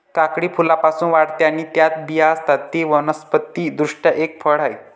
काकडी फुलांपासून वाढते आणि त्यात बिया असतात, ते वनस्पति दृष्ट्या एक फळ आहे